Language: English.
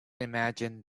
imagine